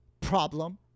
Problem